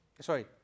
Sorry